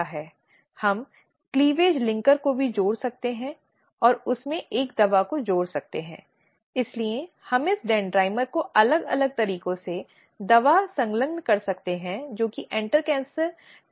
किसी भी व्यक्ति को अपने स्वयं के कारण न्यायाधीश नहीं होना चाहिए अगला यह है कि दोनों पक्षों के नीचे निकाय में परिवर्तन है और दोनों पक्षों को नोटिस का अधिकार होना चाहिए